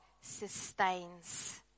sustains